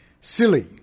Silly